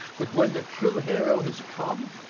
but when the true hero has come,